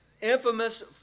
infamous